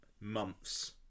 months